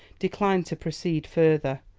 declined to proceed further.